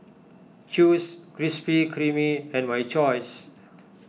Chew's Krispy Kreme and My Choice